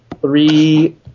three